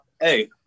hey